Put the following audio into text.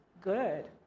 good